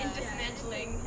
dismantling